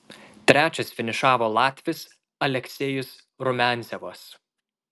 trečias finišavo latvis aleksejus rumiancevas